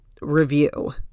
review